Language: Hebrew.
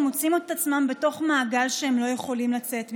ומוצאים את עצמם בתוך מעגל שהם לא יכולים לצאת ממנו.